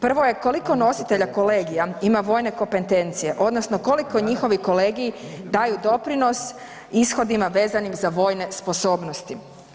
Prvo je, koliko nositelja kolegija ima vojne kompetencije, odnosno koliko njihovi kolegiji daju doprinos ishodima vezanim za vojne sposobnosti?